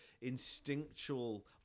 instinctual